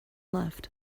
left